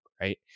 right